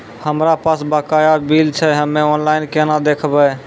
हमरा पास बकाया बिल छै हम्मे ऑनलाइन केना देखबै?